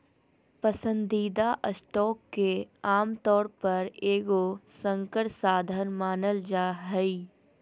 पसंदीदा स्टॉक के आमतौर पर एगो संकर साधन मानल जा हइ